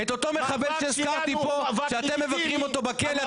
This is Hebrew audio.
את אותו מחבל שהזכרתי פה שאתם מבקרים בכלא.